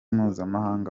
mpuzamahanga